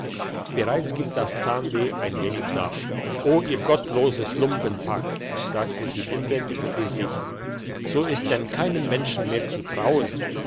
bereits gibt das zahnweh ein wenig nach o ihr gottloses lumpenpack sagte sie inwendig für sich so ist denn keinem menschen mehr zu trauen